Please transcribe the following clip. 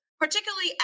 particularly